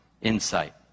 insight